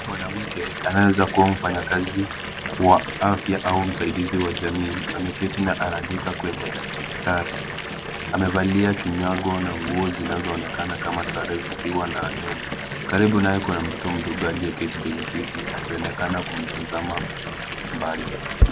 Mwanamke anayeweza kuwa mfanyikazi wa afya au msaidizi wa jamii, ameketi na anaandika kwenye daftari, amevalia kinyago na nguo zinazoonekana kama sare, zikiwa na nembo. Karibu naye kuna mtoto mdogo aliyeketi kwenye kiti, akionekana akimtazama mbali.